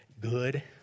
good